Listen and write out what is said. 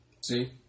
See